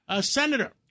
Senator